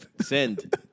Send